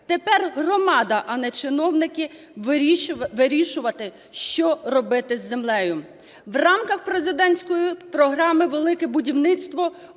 Тепер громада, а не чиновники вирішуватимуть, що робити з землею. В рамках президентської програми "Велике будівництво"